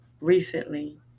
recently